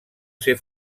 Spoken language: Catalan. ser